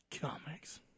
Comics